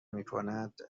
میکند